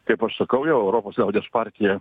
kaip aš sakau jau europos liaudies partija